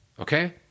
okay